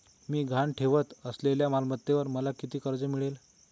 मी गहाण ठेवत असलेल्या मालमत्तेवर मला किती कर्ज मिळेल?